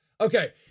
Okay